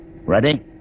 Ready